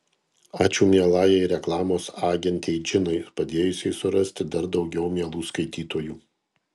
ačiū mielajai reklamos agentei džinai padėjusiai surasti dar daugiau mielų skaitytojų